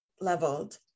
leveled